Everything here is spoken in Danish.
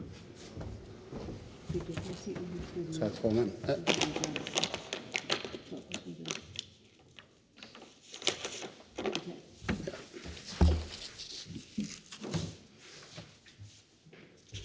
Tak for at gøre